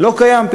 לא קיים,